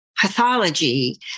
pathology